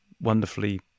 wonderfully